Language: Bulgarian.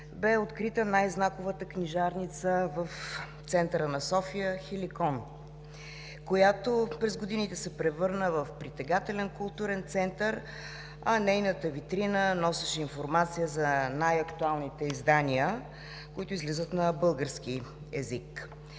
бе открита най-знаковата книжарница в центъра на София – „Хеликон“, която през годините се превърна в притегателен културен център, а нейната витрина носеше информация за най-актуалните издания, които излизат на български език.